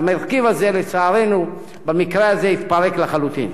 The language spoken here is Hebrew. המרכיב הזה, לצערנו, במקרה הזה התפרק לחלוטין.